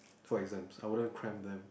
for exams I wouldn't pram them